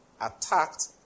attacked